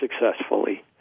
successfully